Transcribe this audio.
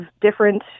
different